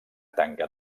tanca